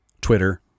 Twitter